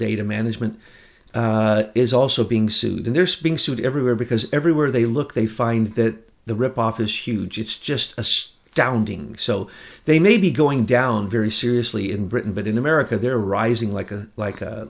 data management is also being sued and there's being sued everywhere because everywhere they look they find that the rip off is huge it's just a six down doing so they may be going down very seriously in britain but in america they're rising like a like